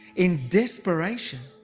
in desperation,